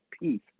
peace